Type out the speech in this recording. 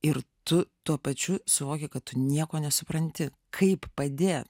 ir tu tuo pačiu suvoki kad tu nieko nesupranti kaip padėt